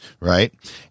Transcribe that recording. Right